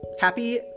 Happy